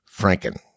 franken